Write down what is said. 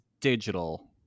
digital